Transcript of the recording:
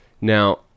Now